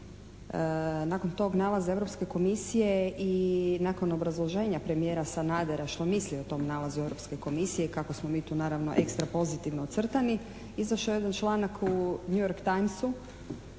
Nakon tog nalaza Europske komisije i nakon obrazloženja premijera Sanadera što misli o tom nalazu Europske komisije i kako smo mi tu naravno ekstra pozitivno ocrtani, izašao je jedan članak u "New York Timesu"